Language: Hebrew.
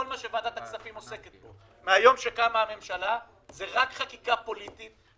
כל מה שוועדת הכספים עוסקת בו מהיום שקמה הממשלה זה רק חקיקה פוליטית,